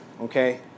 Okay